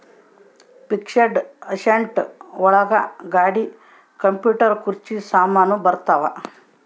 fixed asset ಒಳಗ ಗಾಡಿ computer ಕುರ್ಚಿ ಸಾಮಾನು ಬರತಾವ